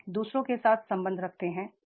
क्या आप दू सरों के साथ संबंध रखते हैं